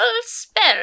spell